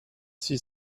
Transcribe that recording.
six